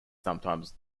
sometimes